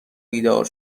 بیدار